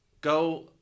Go